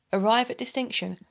arrive at distinction,